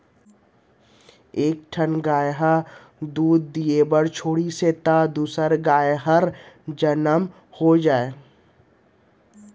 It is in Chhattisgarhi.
एक ठन गाय ह दूद दिये बर छोड़ातिस त दूसर गाय हर जनमउ हो जाए